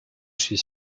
suis